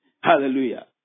Hallelujah